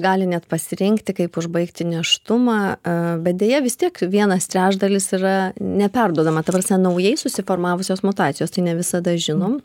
gali net pasirinkti kaip užbaigti nėštumą bet e deja vis tiek vienas trečdalis yra neperduodama ta prasme naujai susiformavusios mutacijos tai ne visada žinom